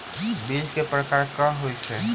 बीज केँ प्रकार कऽ होइ छै?